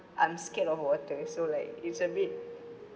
I'm scared of water so like it's a bit